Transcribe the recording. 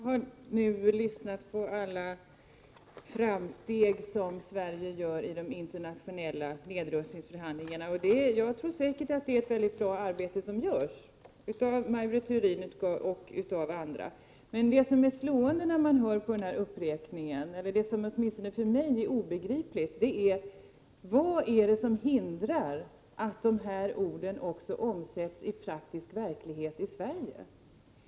Fru talman! Jag har nu fått höra om alla de framsteg som Sverige gör i de internationella nedrustningsförhandlingarna. Jag tror säkert att det är ett bra arbete som utförs av Maj Britt Theorin och av andra. Men det som åtminstone för mig är obegripligt, när jag hör den här uppräkningen, är vad det är som hindrar att dessa ord också omsätts i praktisk verklighet i Sverige.